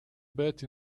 bat